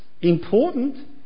Important